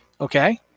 Okay